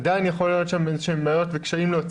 עדיין יכולות להיות בעיות וקשיים להוציא